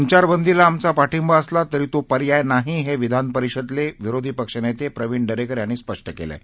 संचारबंदीला आमचा पाठिंबा असला तरी तो पर्याय नाही हे विधानपरिषदेचे विरोधी पक्षनेते प्रवीण दरेकर यांनी स्पष्ट केलं आहे